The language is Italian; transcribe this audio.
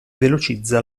velocizza